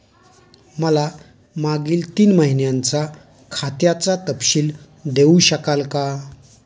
मला मागील तीन महिन्यांचा खात्याचा तपशील देऊ शकाल का?